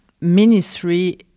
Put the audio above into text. ministry